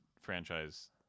franchise